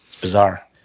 bizarre